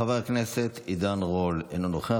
חבר הכנסת עידן רול אינו נוכח.